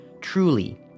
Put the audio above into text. Truly